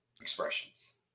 expressions